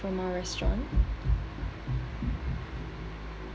from our restaurant